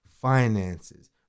finances